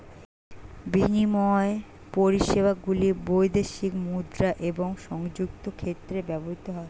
বিনিময় পরিষেবাগুলি বৈদেশিক মুদ্রা এবং সংযুক্ত ক্ষেত্রে ব্যবহৃত হয়